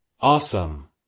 Awesome